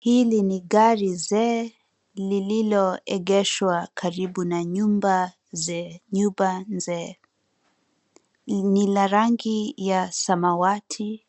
Hili ni gari zee lilioegeshwa karibu na nyumba nzee ni la rangi ya samawati